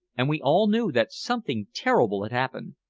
and we all knew that something terrible had happened.